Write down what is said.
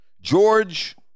George